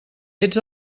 ets